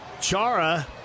Chara